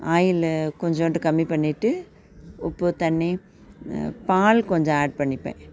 oil கொஞ்சோண்டு கம்மி பண்ணிகிட்டு உப்பு தண்ணி பால் கொஞ்சம் ஆட் பண்ணிப்பேன்